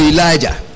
Elijah